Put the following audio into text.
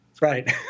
Right